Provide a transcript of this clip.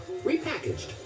Repackaged